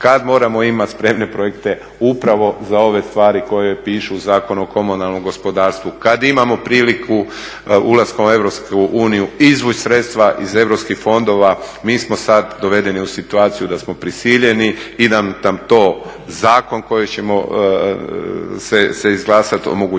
kada moramo imati spremne projekte, upravo za ove stvari koje pišu Zakon o komunalnom gospodarstvu kada imamo priliku ulaskom u EU izvući sredstva iz EU fondova. Mi smo sada dovedeni u situaciju da smo prisiljeni da nam to zakon koji će se izglasati omogućava